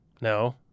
No